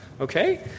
okay